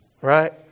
right